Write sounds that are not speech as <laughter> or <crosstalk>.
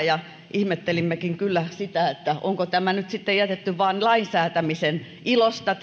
<unintelligible> ja ihmettelimmekin kyllä sitä onko tämä yläraja nyt sitten jätetty tänne vain lainsäätämisen ilosta <unintelligible>